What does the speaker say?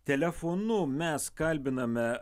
telefonu mes kalbiname